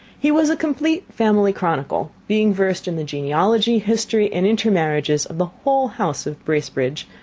he was a complete family chronicle, being versed in the genealogy, history, and intermarriages of the whole house of bracebridge,